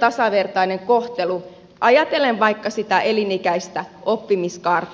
tasavertaisen kohtelun toteutumisen kannalta ajatellen vaikka sitä elinikäistä oppimiskaarta